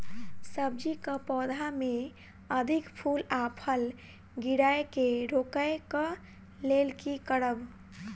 सब्जी कऽ पौधा मे अधिक फूल आ फूल गिरय केँ रोकय कऽ लेल की करब?